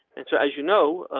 and so, as you know,